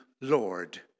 Lord